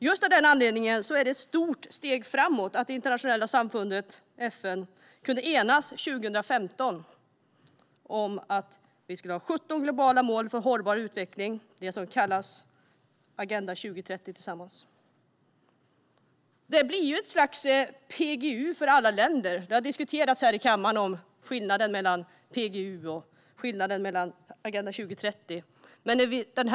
Just av denna anledning var det ett stort steg framåt för hela det internationella samfundet och FN när man 2015 kunde enas bakom 17 globala mål för hållbar utveckling. Detta kallas Agenda 2030, och det blir ett slags PGU för alla länder. Här i kammaren har skillnaden mellan PGU och Agenda 2030 diskuterats.